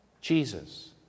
Jesus